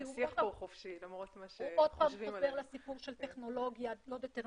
כי הוא עוד פעם חוזר לסיפור של טכנולוגיה לא דטרמיניסטית.